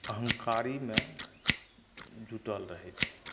अहँकारीमे जुटल रहै छै